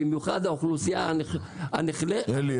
בייחוד האוכלוסייה --- אלי,